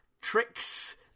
tricks